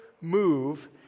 move